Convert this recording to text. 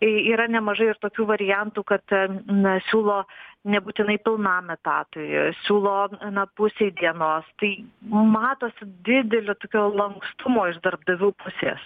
tai yra nemažai ir tokių variantų kad na siūlo nebūtinai pilnam etatui siūlo na pusei dienos tai matosi didelio tokio lankstumo iš darbdavių pusės